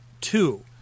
two